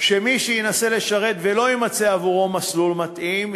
שמי שינסה לשרת ולא יימצא עבורו מסלול מתאים,